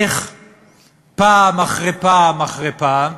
איך פעם אחרי פעם אחרי פעם